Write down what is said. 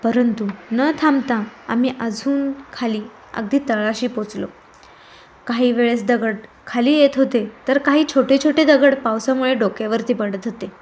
परंतु न थांबता आम्ही अजून खाली अगदी तळाशी पोचलो काही वेळेस दगड खाली येत होते तर काही छोटेछोटे दगड पावसामुळे डोक्यावरती पडत होते